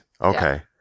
Okay